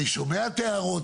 אני שומע את ההערות,